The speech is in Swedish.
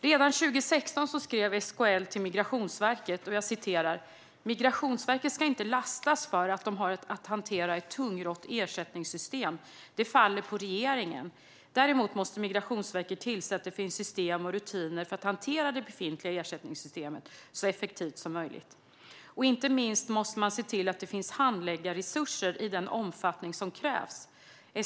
Redan 2016 skrev SKL till Migrationsverket: "Migrationsverket ska inte lastas för att de har att hantera ett tungrott ersättningssystem. Det faller på regeringen. Däremot måste Migrationsverket tillse att det finns system och rutiner för att hantera det befintliga ersättningssystemet så effektivt som möjligt. Och inte minst måste man se till att det finns handläggarresurser i den omfattning som krävs.